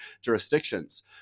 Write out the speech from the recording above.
jurisdictions